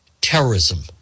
terrorism